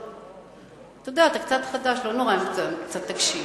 אתה קצת חדש ולא נורא אם קצת תקשיב,